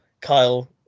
Kyle